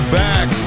back